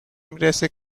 میرسه